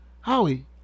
Howie